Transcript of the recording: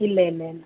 ഇല്ല ഇല്ല ഇല്ല